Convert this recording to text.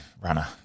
runner